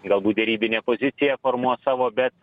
galbūt derybinė poziciją formuot savo bet